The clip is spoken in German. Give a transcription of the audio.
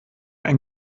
ein